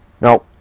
Now